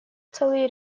целый